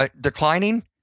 declining